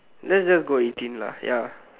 let's just go eighteen lah ya